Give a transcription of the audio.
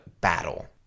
battle